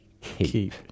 keep